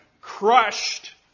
crushed